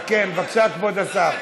בבקשה, כבוד השר.